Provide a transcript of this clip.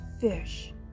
fish